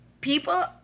people